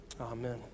Amen